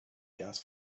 gas